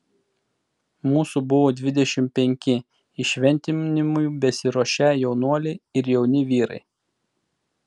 mūsų buvo dvidešimt penki įšventinimui besiruošią jaunuoliai ir jauni vyrai